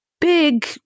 big